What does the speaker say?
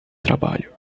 trabalho